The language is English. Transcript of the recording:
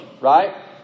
Right